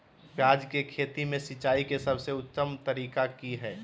प्याज के खेती में सिंचाई के सबसे उत्तम तरीका की है?